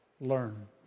Learn